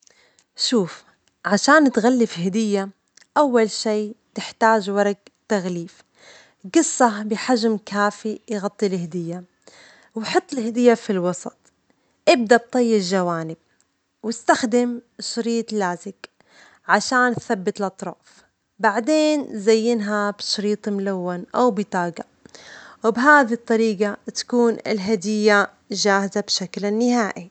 شوف، عشان تغلف هدية أول شي تحتاج ورج تغليف، جصه بحجم كافي يغطي الهدية، وحط الهدية في الوسط، إبدأ بطي الجوانب واستخدم شريط لازج عشان تثبت الأطراف، بعدين زينها بشريط ملون أو بطاقة، وبهذا الطريقة تكون الهدية جاهزة بشكل نهائي.